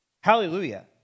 Hallelujah